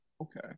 Okay